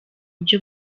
byo